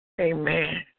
Amen